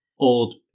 Old